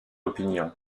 opinion